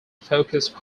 focused